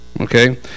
okay